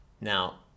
Now